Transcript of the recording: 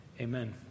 Amen